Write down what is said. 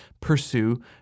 pursue